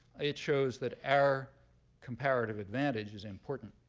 it shows that our comparative advantage is important.